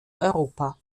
europa